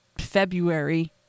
february